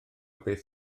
beth